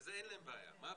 אני לא מחכה לתשובה,